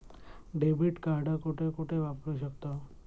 Debit card कुठे कुठे वापरू शकतव?